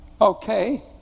Okay